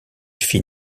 fit